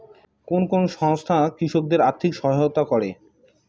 কোন কোন সংস্থা কৃষকদের আর্থিক সহায়তা করে?